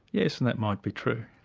yes, and that might be true.